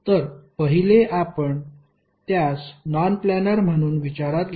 तर पहिले आपण त्यास नॉन प्लानर म्हणून विचारात घेऊ